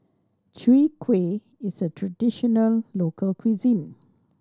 Chwee Kueh is a traditional local cuisine